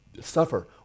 suffer